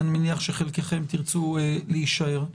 אני מניח שחלקכם תרצו להישאר.